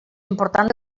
important